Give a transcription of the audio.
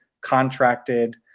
contracted